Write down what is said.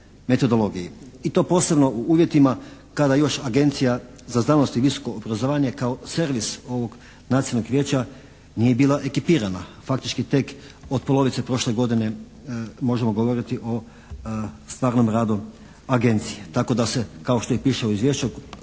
i to posebno u uvjetima kada još Agencija za znanost i visoko obrazovanje kao servis ovog nacionalnog vijeća nije bila ekipirana, faktički tek od polovice prošle godine možemo govoriti o stvarnom radu agencije tako da se kao što i piše u izvješću